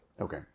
Okay